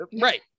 right